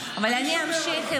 --- אבל עכשיו זה עוד יותר.